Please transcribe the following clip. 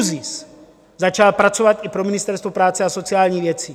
ÚZIS začal pracovat i pro Ministerstvo práce a sociálních věcí.